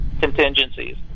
contingencies